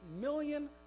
million